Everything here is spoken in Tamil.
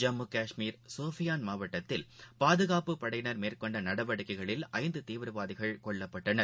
ஜம்முகாஷ்மீர் சோஃபியான் மாவட்டத்தில் பாதுகாப்பு படையினர் மேற்கொண்டநடவடிக்கைகளில் ஐந்துதீவிரவாதிகள் கொல்லப்பட்டனர்